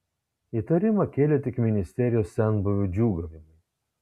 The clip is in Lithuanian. įtarimą kėlė tik ministerijos senbuvių džiūgavimai